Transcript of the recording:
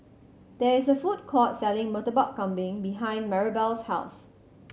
there is a food court selling Murtabak Kambing behind Maribel's house